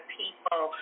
people